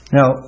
Now